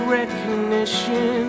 recognition